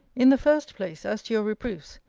in the first place, as to your reproofs,